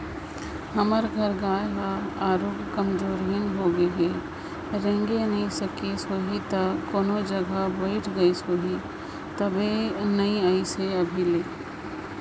हमर घर गाय ह आरुग कमजोरहिन होगें हे रेंगे नइ सकिस होहि त कोनो जघा बइठ गईस होही तबे नइ अइसे हे अभी ले